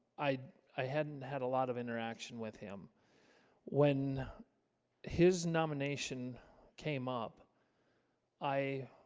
i i hadn't had a lot of interaction with him when his nomination came up i